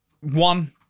one